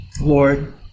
Lord